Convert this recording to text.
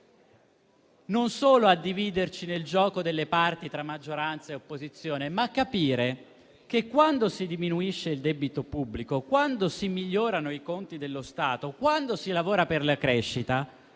non solo a dividerci nel gioco delle parti tra maggioranza e opposizione, ma a capire che quando si diminuisce il debito pubblico, quando si migliorano i conti dello Stato, quando si lavora per la crescita,